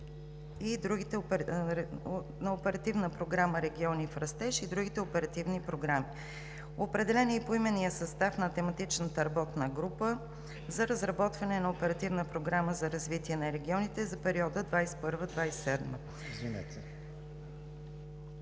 на новата Оперативна програма „Региони в растеж“ и на другите оперативни програми. Определен е поименният състав на тематичната работна група за разработване на Оперативната програма за развитие на регионите за периода 2021 – 2027 г.